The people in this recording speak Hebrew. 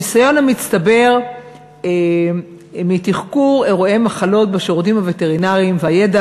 הניסיון המצטבר מתחקור אירועי מחלות בשירותים הווטרינריים והידע